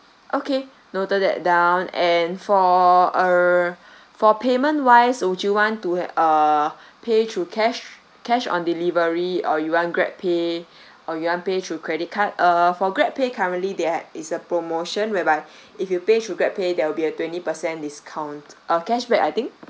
okay noted that down and for err for payment wise would you want to have uh pay through cash cash on delivery or you want GrabPay or you want pay through credit card uh for GrabPay currently there is a promotion whereby if you pay to GrabPay there will be a twenty percent discount uh cashback I think